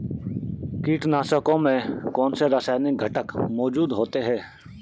कीटनाशकों में कौनसे रासायनिक घटक मौजूद होते हैं?